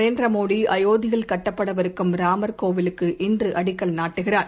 நரேந்திரமோடிஅயோத்தியில் கட்டப்படவிருக்கும் ராமர் கோவிலுக்கு இன்றுஅடிக்கல் நாட்டுகிறார்